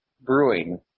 Brewing